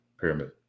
pyramid